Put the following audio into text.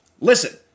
Listen